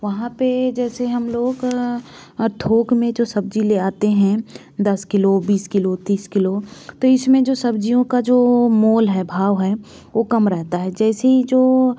वहाँ पर जैसे हम लोग थोक में जो सब्ज़ी ले आते हैं दस किलो बीस किलो तीस किलो तो इसमें जो सब्ज़ियों का जो मोल है भाव है वह कम रहता है जैसी जो